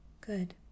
Good